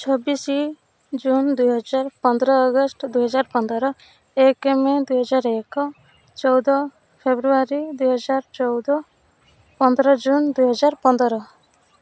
ଛବିଶି ଜୁନ ଦୁଇ ହଜାର ପନ୍ଦର ଅଗଷ୍ଟ ଦୁଇ ହଜାର ପନ୍ଦର ଏକ ମେ ଦୁଇ ହଜାର ଏକ ଚଉଦ ଫେବୃୟାରୀ ଦୁଇ ହଜାର ଚଉଦ ପନ୍ଦର ଜୁନ ଦୁଇ ହଜାର ପନ୍ଦର